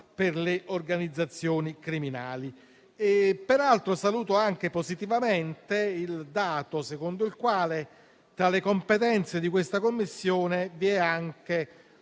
per le organizzazioni criminali. Peraltro, saluto anche positivamente il dato secondo il quale tra le competenze di questa Commissione vi è anche